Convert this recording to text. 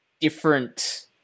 different